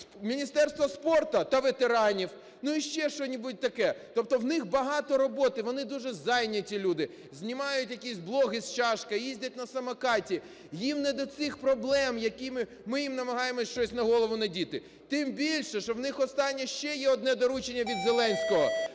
міністерство спорту та ветеранів, ну, і ще що-небудь таке. Тобто в них багато роботи, вони дуже зайняті люди: знімають якісь блоги з чашкою, їздять на самокаті. Їм не до цих проблем, які ми їм намагаємося щось на голову надіти. Тим більше, що в них останнє ще є одне доручення від Зеленського